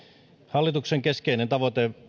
hallituksen keskeinen tavoite